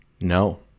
No